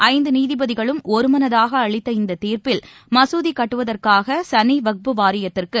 ஐந்து நீதிபதிகளும் ஒருமனதாக அளித்த இந்த தீர்ப்பில் மசூதி கட்டுவதற்காக சன்னி வக்ஃபு வாரியத்திற்கு